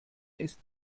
ist